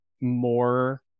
more